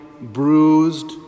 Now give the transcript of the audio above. bruised